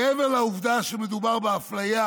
מעבר לעובדה שמדובר באפליה